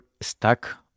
stuck